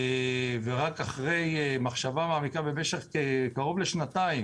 רק אחרי מחשבה מעמיקה במשך קרוב לשנתיים